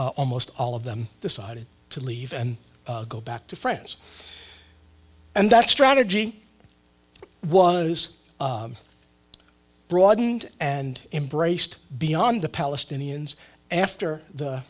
almost all of them decided to leave and go back to friends and that strategy was broadened and embraced beyond the palestinians after the